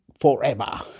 Forever